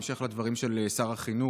בהמשך לדברים של שר החינוך,